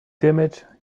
damage